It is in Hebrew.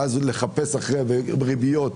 ואז לחפש וריביות,